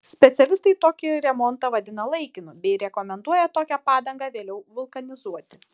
specialistai tokį remontą vadina laikinu bei rekomenduoja tokią padangą vėliau vulkanizuoti